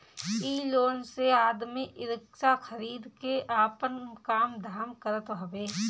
इ लोन से आदमी रिक्शा खरीद के आपन काम धाम करत हवे